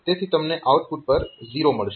તેથી તમને આઉટપુટ પર 0 મળશે